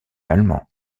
allemand